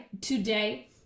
today